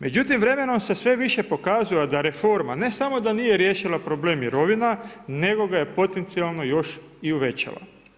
Međutim vremenom se sve više pokazuje da reforma da ne samo da nije riješila problem mirovina nego gaje potencijalno još i uvećala.